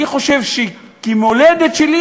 אני חושב שכמולדת שלי,